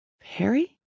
Perry